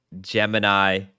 Gemini